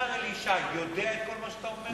השר אלי ישי יודע את כל מה שאתה אומר?